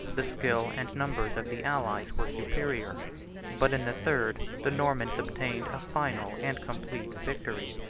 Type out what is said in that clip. the skill and numbers of the allies were superior but in the third, the normans obtained a final and complete victory.